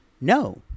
No